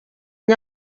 ari